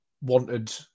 wanted